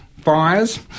fires